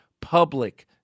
public